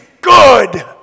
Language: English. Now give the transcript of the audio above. good